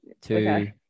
two